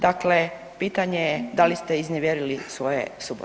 Dakle, pitanje je da li ste iznevjerili svoje suborce?